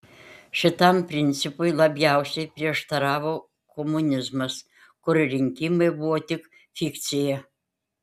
šitam principui labiausiai prieštaravo komunizmas kur rinkimai buvo tik fikcija